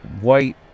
white